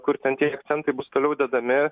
kur ten tie akcentai bus toliau dedami